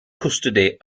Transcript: custody